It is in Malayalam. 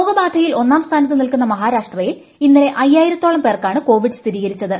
രോഗബാധയിൽ ഒന്നാം സ്ഥാനത്ത് നിൽക്കുന്ന മഹാരാഷ്ട്രയിൽ ഇന്നലെ അയ്യായിരത്തോളം പേർക്കാണ് കോവിഡ് സ്ഥിരീകരിച്ചത്